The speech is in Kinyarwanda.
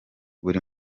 buri